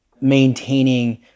maintaining